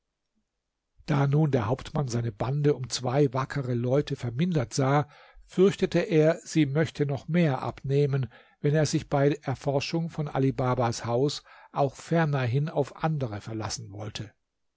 da nun der hauptmann seine bande um zwei wackere leute vermindert sah fürchtete er sie möchte noch mehr abnehmen wenn er sich bei erforschung von ali babas haus auch fernerhin auf andere verlassen wollte